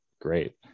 great